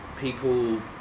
people